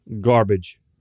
Garbage